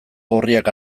gorriak